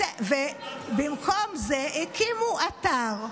במקום זה הקימו אתר,